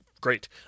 great